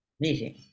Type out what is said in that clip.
meeting